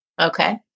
okay